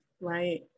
right